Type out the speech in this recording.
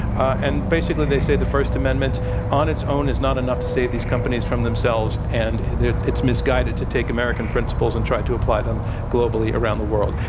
and basically, they say the first amendment on its own is not enough to save these companies from themselves, and it's misguided to take american principles and try to apply them globally around the world.